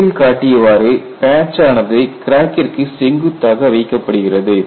படத்தில் காட்டியவாறு பேட்ச் ஆனது கிராக்கிற்கு செங்குத்தாக வைக்கப்படுகிறது